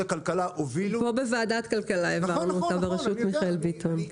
הכלכלה הובילו --- פה בוועדת כלכלה העברנו אותה בראשות מיכאל ביטון.